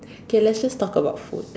K let's just talk about food